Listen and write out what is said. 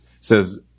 says